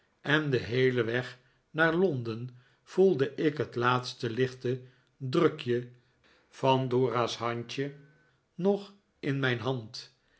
en den heelen weg naar londen voelde ik het laatste lichte drukje van dora's handje nog in mijn hand